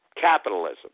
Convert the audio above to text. capitalism